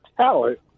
talent